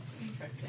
interesting